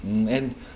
mm and